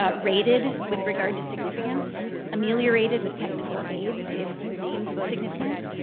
but rated with regard to significance, ameliorated with technical aids if deemed significant,